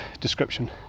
description